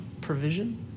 provision